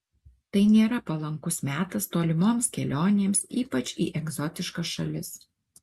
tai nėra palankus metas tolimoms kelionėms ypač į egzotiškas šalis